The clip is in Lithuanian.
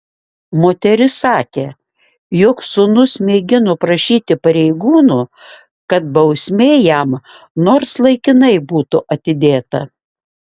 moteris sakė jog sūnus mėgino prašyti pareigūnų kad bausmė jam nors laikinai būtų atidėta